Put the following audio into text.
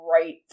right